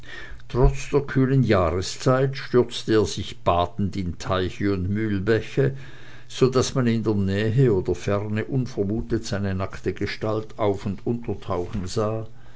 trotz der kühlen jahreszeit stürzte er sich badend in teiche und mühlbäche so daß man in der nähe oder ferne unvermutet seine nackte gestalt auf und untertauchen sah